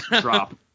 drop